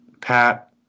pat